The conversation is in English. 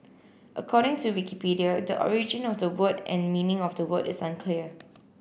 according to Wikipedia the origin of the word and meaning of the word is unclear